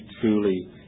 truly